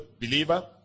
believer